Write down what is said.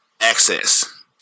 access